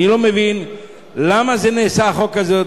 אני לא מבין למה זה נעשה, החוק הזה,